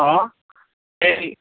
অঁ হেৰি